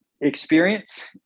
experience